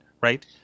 right